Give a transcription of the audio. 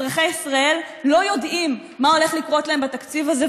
אזרחי ישראל לא יודעים מה הולך לקרות להם בתקציב הזה.